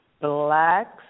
Blacks